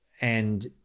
and-